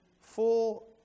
full